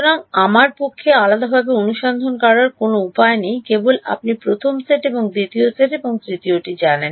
সুতরাং আমার পক্ষে আলাদাভাবে অনুসন্ধান করার কোনও উপায় নেই কেবল আপনি প্রথম সেট এবং দ্বিতীয় সেট এবং তৃতীয়টি জানি